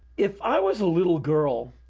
if i was a little girl,